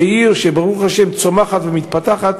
שזו עיר שברוך השם צומחת ומתפתחת,